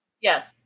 Yes